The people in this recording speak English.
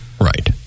Right